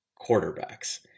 quarterbacks